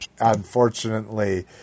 unfortunately